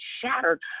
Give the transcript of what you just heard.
shattered